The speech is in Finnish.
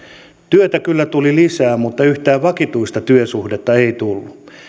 työtä kyllä tuli lisää mutta yhtään vakituista työsuhdetta ei tullut